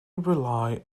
rely